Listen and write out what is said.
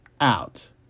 out